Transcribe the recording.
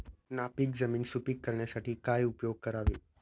नापीक जमीन सुपीक करण्यासाठी काय उपयोग करावे?